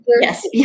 Yes